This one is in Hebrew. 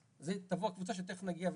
אז זה תבוא הקבוצה שתכף נגיע ונקרא.